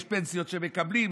יש פנסיות שמקבלים,